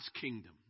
kingdom